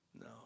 No